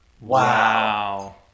Wow